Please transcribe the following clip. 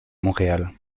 montréal